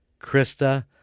Krista